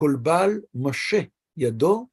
כל בעל משה ידו